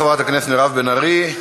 תודה לחברת הכנסת מירב בן ארי,